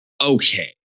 okay